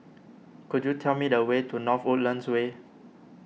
could you tell me the way to North Woodlands Way